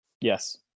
Yes